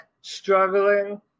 struggling